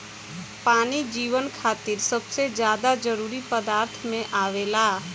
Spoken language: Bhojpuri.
पानी जीवन खातिर सबसे ज्यादा जरूरी पदार्थ में आवेला